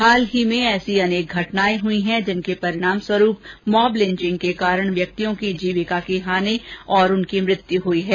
हाल ही में ऐसी अनेक घटनाएं हुई है जिनके परिणामस्वरूप मॉब लिंचिंग के कारण व्यक्तियों की जीविका की हानि क्षति और उनकी मृत्यु हुई है